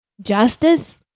Justice